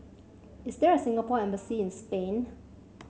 is there a Singapore Embassy in Spain